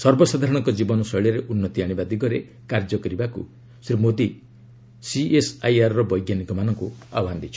ସର୍ବସାଧାରଣଙ୍କ ଜୀବନ ଶୈଳୀରେ ଉନ୍ତି ଆଣିବା ଦିଗରେ କାର୍ଯ୍ୟ କରିବାକୁ ଶ୍ରୀ ମୋଦୀ ସିଏସ୍ଆଇଆର୍ର ବୈଜ୍ଞାନିକମାନଙ୍କୁ ଆହ୍ନାନ ଦେଇଛନ୍ତି